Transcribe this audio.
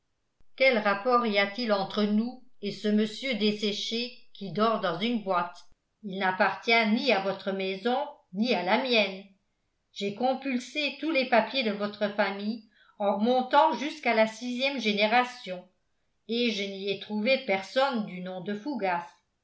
quel rapport y a-t-il entre nous et ce monsieur desséché qui dort dans une boîte il n'appartient ni à votre maison ni à la mienne j'ai compulsé tous les papiers de votre famille en remontant jusqu'à la sixième génération et je n'y ai trouvé personne du nom de fougas